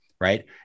right